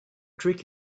trick